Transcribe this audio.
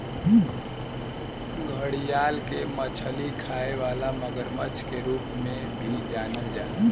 घड़ियाल के मछली खाए वाला मगरमच्छ के रूप में भी जानल जाला